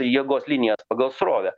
jėgos linijas pagal srovę